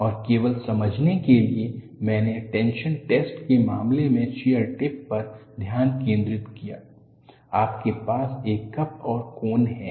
और केवल समझाने के लिए मैंने टेंशन टैस्ट के मामले में शियर लिप पर ध्यान केंद्रित किया आपके पास एक कप और कोन है